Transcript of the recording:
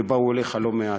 ובאו אליך לא מעט,